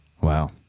Wow